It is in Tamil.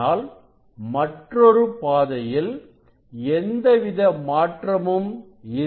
ஆனால் மற்றொரு பாதையில் எந்தவித மாற்றமும் இருக்காது